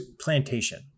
Plantation